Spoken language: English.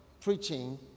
preaching